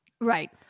Right